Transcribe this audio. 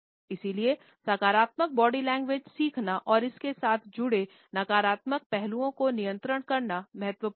इसलिए सकारात्मक body language सीखना और इसके साथ जुड़े नकारात्मक पहलुओं को नियंत्रित करना महत्वपूर्ण है